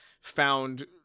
found